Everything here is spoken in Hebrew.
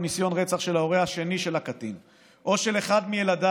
ניסיון רצח של ההורה השני של הקטין או של אחד מילדיו